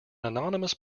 anonymous